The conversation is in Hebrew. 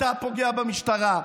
אתה פוגע במשטרה.